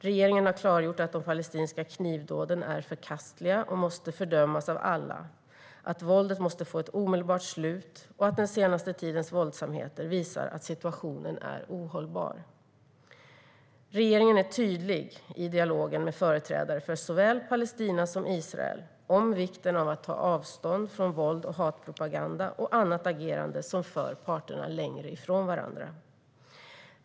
Regeringen har klargjort att de palestinska knivdåden är förkastliga och måste fördömas av alla, att våldet måste få ett omedelbart slut och att den senaste tidens våldsamheter visar att situationen är ohållbar. Regeringen är tydlig i dialogen med företrädare för såväl Palestina som Israel om vikten av att ta avstånd från våld och hatpropaganda och annat agerande som för parterna längre ifrån varandra.